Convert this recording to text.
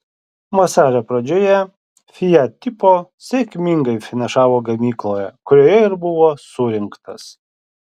vasario pradžioje fiat tipo sėkmingai finišavo gamykloje kurioje ir buvo surinktas